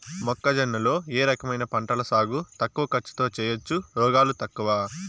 మొక్కజొన్న లో ఏ రకమైన పంటల సాగు తక్కువ ఖర్చుతో చేయచ్చు, రోగాలు తక్కువ?